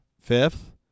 Fifth